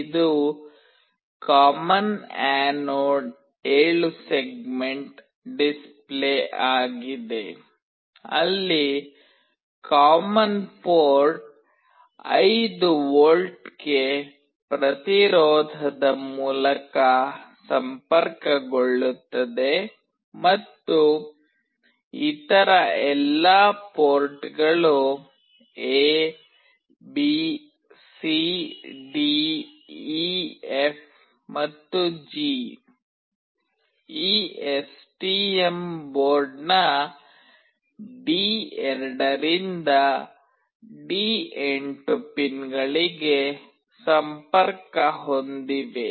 ಇದು common anode 7 segment display ಆಗಿದೆ ಅಲ್ಲಿ ಕಾಮನ್ ಪೋರ್ಟ್ 5ವಿಗೆ ಪ್ರತಿರೋಧದ ಮೂಲಕ ಸಂಪರ್ಕಗೊಳ್ಳುತ್ತದೆ ಮತ್ತು ಇತರ ಎಲ್ಲಾ ಪೋರ್ಟ್ಗಳು A B C D E F ಮತ್ತು ಜಿ ಈ ಎಸ್ಟಿಎಂ ಬೋರ್ಡ್ ನ ಡಿ2 ರಿಂದ ಡಿ8 ಪಿನ್ಗಳಿಗೆ ಸಂಪರ್ಕ ಹೊಂದಿವೆ